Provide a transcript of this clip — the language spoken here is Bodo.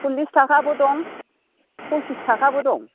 सल्लिस थाखाबो दं पसिस थाखाबो दं